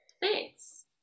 Thanks